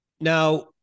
now